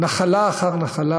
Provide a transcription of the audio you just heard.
נחלה אחר נחלה